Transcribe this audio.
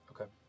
Okay